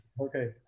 okay